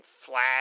flat